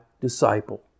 disciple